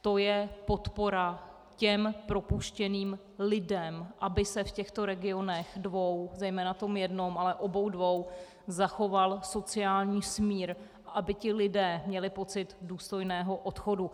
To je podpora propuštěným lidem, aby se v těchto dvou regionech dvou, zejména v tom jednom, ale obou dvou, zachoval sociální smír, aby ti lidé měli pocit důstojného odchodu.